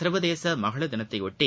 சா்வதேச மகளிா் தினத்தையொட்டி